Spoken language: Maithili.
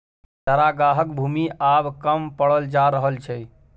चरागाहक भूमि आब कम पड़ल जा रहल छै